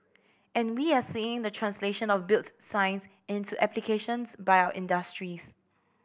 and we are seeing the translation of built science into applications by our industries